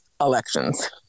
elections